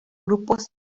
grupos